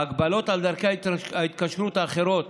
ההגבלות על דרכי התקשרות אחרות